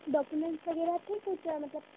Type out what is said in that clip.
documents वगैरह थे कुछ मतलब